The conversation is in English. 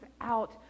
out